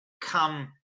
Come